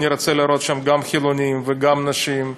אני רוצה לראות שם גם חילונים וגם נשים.